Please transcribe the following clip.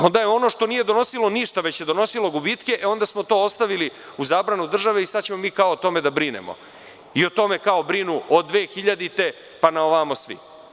Onda je ono što nije donosilo ništa, već je donosilo gubitke smo ostavili u zabranu države i sada ćemo kao o tome da brinemo i o tome kao brinu od 2000. godine pa na ovamo svi.